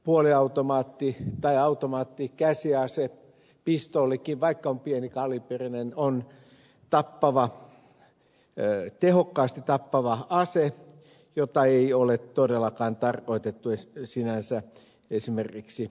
puoliautomaatti tai automaattikäsiase pistoolikin vaikka on pienikaliiperinen on tehokkaasti tappava ase jota ei ole todellakaan tarkoitettu sinänsä esimerkiksi urheilukäyttöön